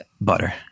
butter